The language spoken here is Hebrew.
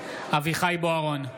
אביחי אברהם בוארון,